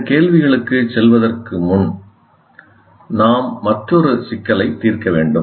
இந்தக் கேள்விகளுக்குச் செல்வதற்கு முன் நாம் மற்றொரு சிக்கலைத் தீர்க்க வேண்டும்